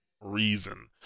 reason